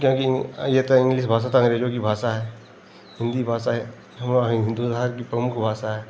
क्योंकि ये तो इंग्लिस इंग्लिस तो अंग्रेजों कि भाषा है हिन्दी भाषा है हमारी हिन्दू धर्म कि प्रमुख भाषा है